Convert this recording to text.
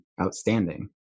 outstanding